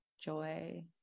joy